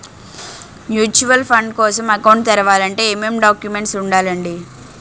Mutual fund కోసం account తెరవాలంటే ఏమేం డాక్యుమెంట్లు ఉండాలండీ?